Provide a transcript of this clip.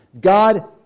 God